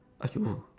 !aiyo!